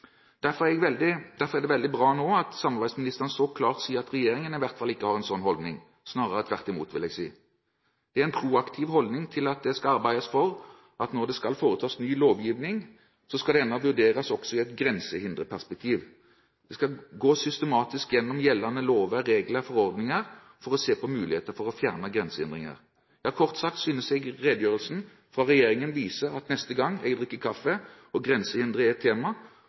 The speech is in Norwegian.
Derfor er det nå veldig bra at samarbeidsministeren så klart sier at regjeringen i hvert fall ikke har en sånn holdning, snarere tvert imot, vil jeg si. Det er en proaktiv holdning til at man skal arbeide for at når det skal foretas ny lovgivning, skal denne vurderes også i et grensehinderperspektiv. En skal systematisk gå gjennom gjeldende lover, regler og forordninger for å se på muligheter for å fjerne grensehindre. Kort sagt synes jeg redegjørelsen fra regjeringen viser at neste gang jeg drikker kaffe og grensehindre er et tema,